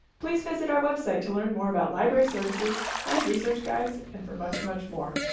please visit our website to learn more about library services, find research guides, and for much, much more.